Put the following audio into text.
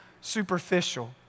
superficial